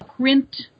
print